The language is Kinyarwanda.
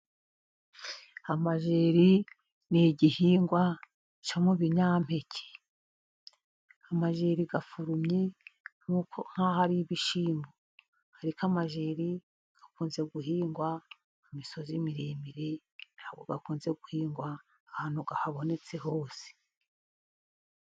Amajeri ni igihingwa cyo mu binyampeke. Amajeri aforumye nk'aho ari ibishyimbo, ariko amajeri akunze guhingwa mu misozi miremire, ntabwo akunze guhingwa ahantu habonetse hose.